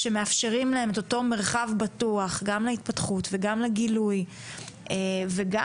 שמאפשרים את אותו מרחב גם להתפתחות וגם לגילוי וגם